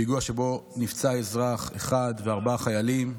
פיגוע שבו נפצעו אזרח אחד וארבעה חיילים.